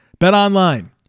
BetOnline